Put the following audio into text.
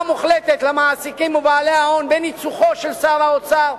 מוחלטת למעסיקים ובעלי ההון בניצוחו של שר האוצר,